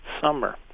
summer